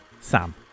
Sam